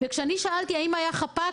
וכשאני שאלתי האם היה חפ"ק,